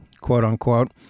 quote-unquote